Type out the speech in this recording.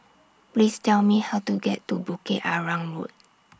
Please Tell Me How to get to Bukit Arang Road